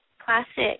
classic